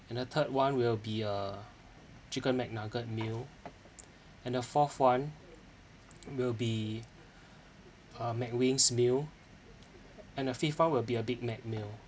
and the third one will be a chicken mcnugget meal and the fourth one will be a mcwings meal and the fifth one will be a big mac meal